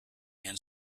and